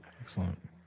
Excellent